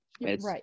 Right